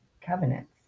covenants